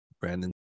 Brandon